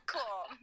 Cool